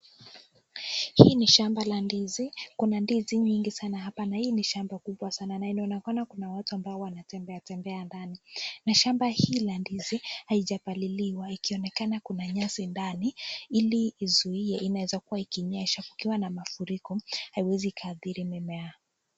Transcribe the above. Hii ni shamba la ndizi kuna ndizi mingi sanaa hapaa na hii ni shamba kubwa sanaa Inaonekana kuna watu ambao wanatembea tembea ndani. Na shamba hii ya ndizi haijapaliliwa ikionekana kuna nyasi ili izuie Inaeza kua ikinyesha kukiwa na mafuriko katika hii mimea.